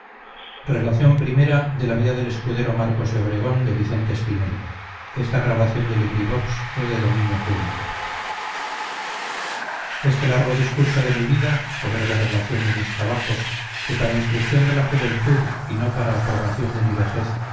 miguel de cervantes este largo discurso de mi vida o breve relación de mis trabajos que para instrucción de la juventud y no para aprobación de mi vejez